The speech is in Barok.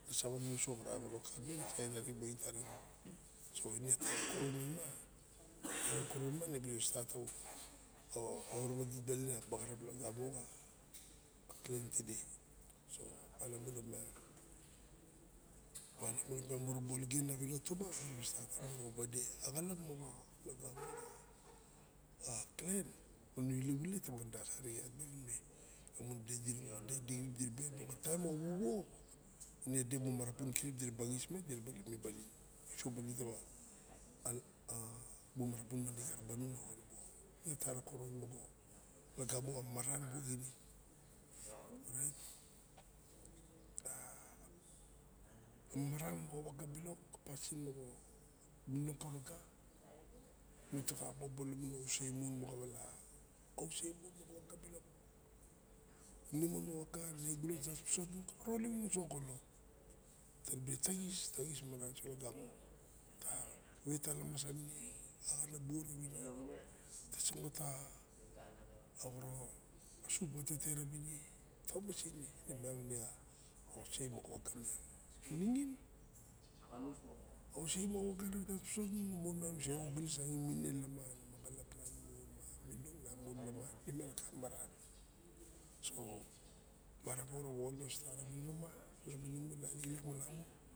muruba ologan a winiro tima mura wade inde ide a bu marapun a bu subun tano ine tara koron amamaaran moxa waga bilok a pasin moxa mininong kawaga mutaxa bobo mon lamun a ose moxa wala a oses mon moxa waga bilok nemon moxa waga ta ron imemon soxa gunon. Taribe tenks ta xis maran solagamo o oin tawnung ma salilie ma axan a bua rawinung sangota sup patete raxme ta omasi ne a ose moxa waga miang ningin ose maxa waga ta ru wasot inung imu monmiang lahaman nusa xalap nanmon lalaman nemiang lok ka maran